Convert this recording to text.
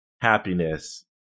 happiness